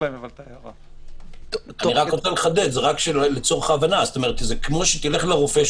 אני מחדד זה כמו שתלך לרופא,